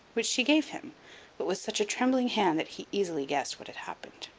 which she gave him, but with such a trembling hand that he easily guessed what had happened.